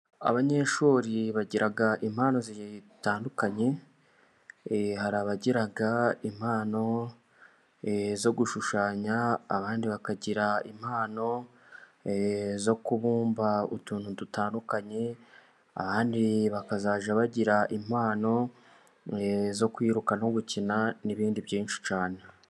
Abanyeshuri bagira impano zitandukanye. Hari abagira impano zo gushushanya, abandi bakagira impano zo kubumba utuntu dutandukanye, abandi bakazajya bagira impano zo kwiruka no gukina n'ibindi byinshi cyane.